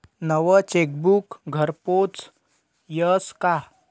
नवं चेकबुक घरपोच यस का?